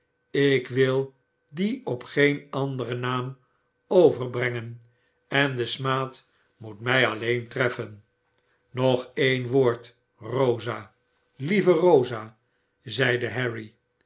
ik wil die op geen anderen naam overbrengen en de smaad moet mij alleen treffen nog een woord rosa lieve rosa zeide harry